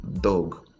dog